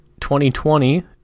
2020